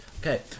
Okay